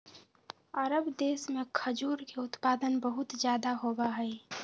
अरब देश में खजूर के उत्पादन बहुत ज्यादा होबा हई